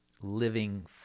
living